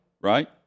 right